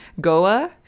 Goa